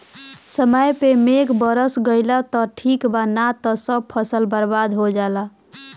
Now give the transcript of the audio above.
समय पे मेघ बरस गईल त ठीक बा ना त सब फसल बर्बाद हो जाला